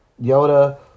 Yoda